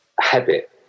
habit